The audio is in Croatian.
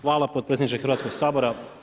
Hvala potpredsjedniče Hrvatskoga sabora.